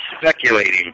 speculating